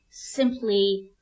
simply